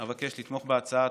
אבקש לתמוך בהצעה.